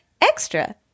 extra